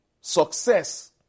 success